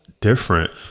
different